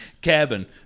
Cabin